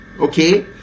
okay